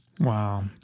Wow